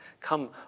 come